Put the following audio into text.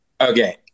Okay